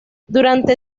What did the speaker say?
durante